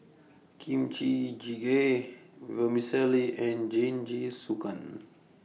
Kimchi Jjigae Vermicelli and Jingisukan